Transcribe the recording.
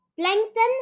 plankton